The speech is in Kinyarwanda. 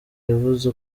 yavuze